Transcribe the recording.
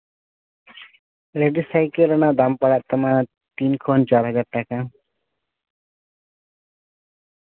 ladies cycle ᱨᱮᱱᱟᱜ ᱫᱟᱢ ᱯᱟᱲᱟᱜ ᱛᱟᱢᱟ ᱛᱤᱱ ᱠᱷᱚᱱ ᱪᱟᱨ ᱦᱟᱡᱟᱨ ᱴᱟᱠᱟ